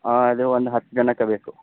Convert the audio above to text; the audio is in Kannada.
ಹಾಂ ಅದೇ ಒಂದು ಹತ್ತು ಜನಕ್ಕೆ ಬೇಕು